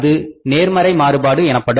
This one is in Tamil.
அது நேர்மறை மாறுபாடு எனப்படும்